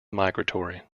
migratory